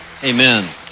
Amen